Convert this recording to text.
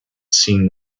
seemed